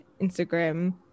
Instagram